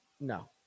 No